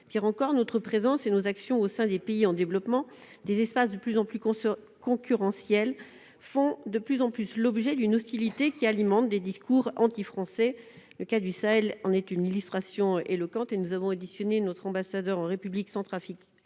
Pire encore, notre présence et nos actions au sein des pays en développement, des espaces de plus en plus concurrentiels, font l'objet d'une hostilité qui alimente des discours antifrançais. Le cas du Sahel en est une illustration éloquente. Notre ambassadeur en République centrafricaine,